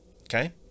Okay